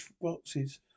boxes